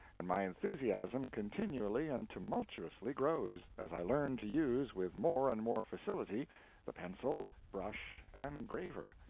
and my enthusiasm continually and tumultuously grows, as i learn to use with more and more facility the pencil, brush, and graver.